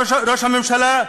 ראש הממשלה,